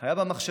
היה בה מחשבה